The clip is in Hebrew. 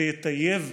זה יטייב,